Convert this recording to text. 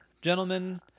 gentlemen